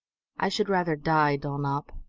i should rather die, dulnop,